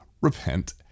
repent